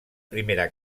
primera